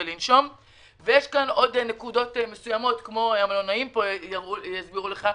יש נקודות נוספות, כמו שהמלונאים יסבירו בהמשך,